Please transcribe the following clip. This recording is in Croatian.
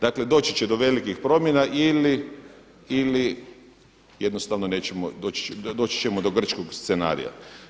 Dakle, doći će do velikih promjena ili jednostavno doći ćemo do grčkog scenarija.